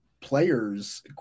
players